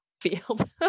field